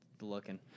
looking